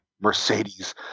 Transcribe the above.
Mercedes